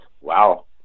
Wow